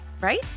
Right